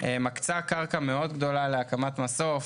מקצה קרקע גדולה מאוד להקמת מסוף,